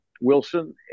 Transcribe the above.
Wilson